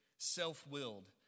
Self-willed